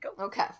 Okay